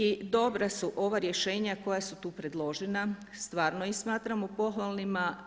I dobra su ova rješenja koja su tu predložena, stvarno ih smatramo pohvalnima.